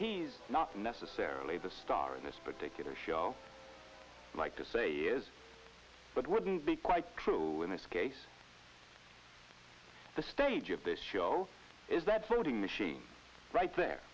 he's not necessarily the star in this particular show i like to say is but it wouldn't be quite true in this case the stage of this show is that voting machine right there